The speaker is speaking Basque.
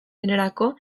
denerako